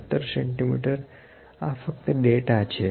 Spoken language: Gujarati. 17 cm આ ફકત ડેટા છે